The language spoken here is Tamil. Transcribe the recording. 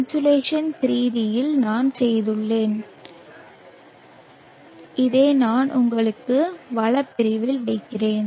Insolation 3d இல் நான் செய்துள்ளேன் அதை நான் உங்களுக்காக வளப் பிரிவில் வைக்கிறேன்